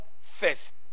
first